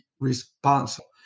Responsible